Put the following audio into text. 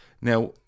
Now